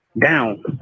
down